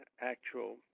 actual